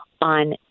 on